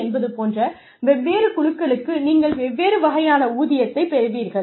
என்பது போன்ற வெவ்வேறு குழுக்களுக்கு நீங்கள் வெவ்வேறு வகையான ஊதியத்தைப் பெறுவீர்கள்